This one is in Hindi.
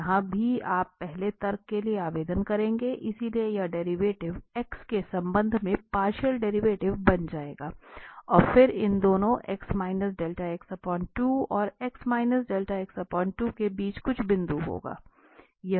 तो यहाँ भी आप पहले तर्क के लिए आवेदन करेंगे इसलिए यह डेरिवेटिव x के संबंध में पार्शियल डेरिवेटिव बन जाएगा और फिर इन दोनों और के बीच कुछ बिंदु होगा